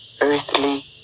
earthly